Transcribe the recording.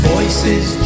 Voices